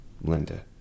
Linda